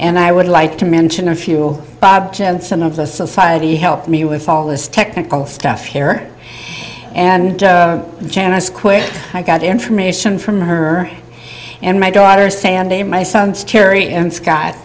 and i would like to mention a few bob jensen of the society help me with all this technical stuff here and janice quick i got information from her and my daughter sandy and my sons terry and scott